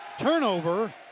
Turnover